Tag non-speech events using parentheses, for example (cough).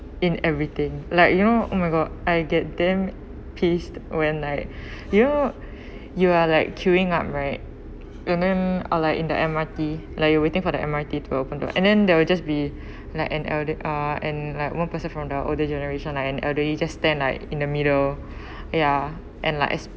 in everything like you know oh my god I get damn pissed when I (breath) you know you are like queuing up right and then or like in the M_R_T like you waiting for the M_R_T to open door and then that will just be (breath) like an elder uh and like one person from the older generation like an elderly just stand like in the middle (breath) ya and like as